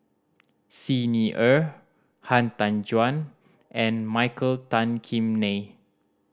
Xi Ni Er Han Tan Juan and Michael Tan Kim Nei